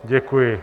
Děkuji.